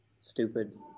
stupid